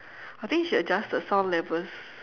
I think she adjust the sound levels